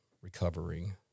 recovering